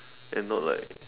and not like